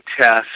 test